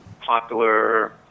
popular